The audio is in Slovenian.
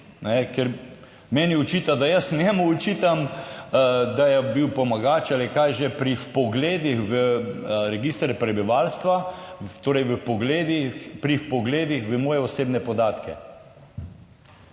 ker meni očita, da jaz njemu očitam, da je bil pomagač, ali kaj že, pri vpogledih v register prebivalstva, torej pri vpogledih v moje osebne podatke.